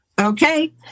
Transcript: Okay